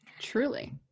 truly